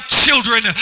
children